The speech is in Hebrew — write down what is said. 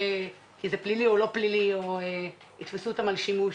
זה פלילי או לא פלילי ויתפסו אותם על שימוש.